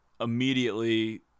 immediately